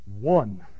one